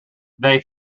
they